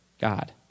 God